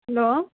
hello